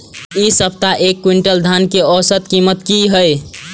इ सप्ताह एक क्विंटल धान के औसत कीमत की हय?